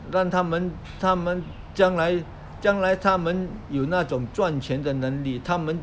让他们他们将来将来他们有那种赚钱的能力他们